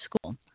school